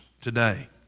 today